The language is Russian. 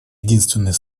единственной